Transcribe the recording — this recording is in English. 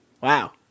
Wow